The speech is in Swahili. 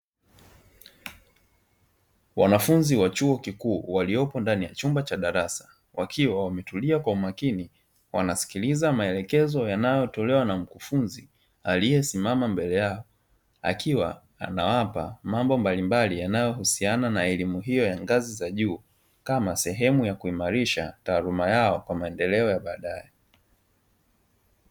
Wanafunzi wa chuo kikuu waliopo ndani ya chumba cha darasa, wakiwa wametulia kwa umakini wanasikiliza maelekezo yanayotolewa na mkufunzi aliyesimama mbele yao, akiwa anawapa mambo mbalimbali yanayohusiana na elimu hiyo ya ngazi za juu, kama sehemu ya kuimarisha taaluma yao kwa maendeleo ya baadaye.